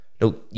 no